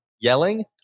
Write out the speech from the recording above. yelling